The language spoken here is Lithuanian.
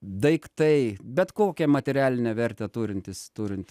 daiktai bet kokią materialinę vertę turintys turint